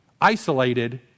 isolated